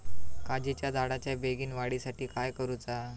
काजीच्या झाडाच्या बेगीन वाढी साठी काय करूचा?